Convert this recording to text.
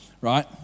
right